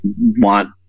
want